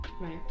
right